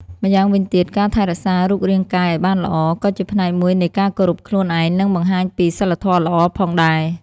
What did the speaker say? ម្យ៉ាងវិញទៀត ការថែរក្សារូបរាងកាយឱ្យបានល្អ ក៏ជាផ្នែកមួយនៃការគោរពខ្លួនឯង និងបង្ហាញពី សីលធម៌ល្អ ផងដែរ។